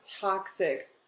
toxic